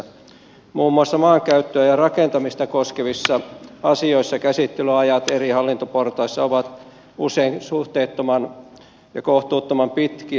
muun muassa maankäyttöä ja rakentamista koskevissa asioissa käsittelyajat eri hallintoportaissa ovat usein suhteettoman ja kohtuuttoman pitkiä